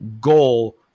goal